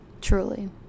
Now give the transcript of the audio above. Truly